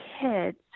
kids